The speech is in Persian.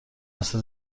واسه